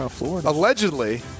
allegedly